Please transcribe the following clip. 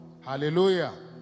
hallelujah